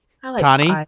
Connie